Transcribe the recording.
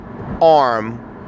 arm